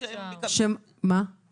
הגעת פעם עם עובד לבית הדין לעבודה?